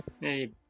hey